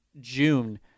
June